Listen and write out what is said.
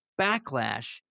backlash